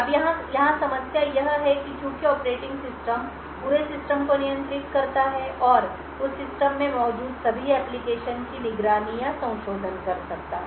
अब यहाँ समस्या यह है कि चूंकि ऑपरेटिंग सिस्टम पूरे सिस्टम को नियंत्रित करता है और उस सिस्टम में मौजूद सभी एप्लिकेशन की निगरानी या संशोधन कर सकता है